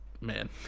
man